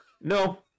no